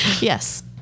yes